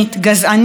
גזענית,